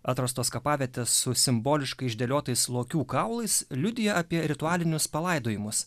atrastos kapavietės su simboliškai išdėliotais lokių kaulais liudija apie ritualinius palaidojimus